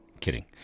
kidding